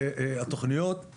התוכניות,